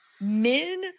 men